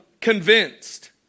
convinced